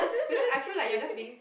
because I feel like you are just being